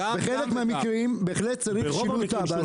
בחלק מהמקרים בהחלט צריך שינוי תב"ע.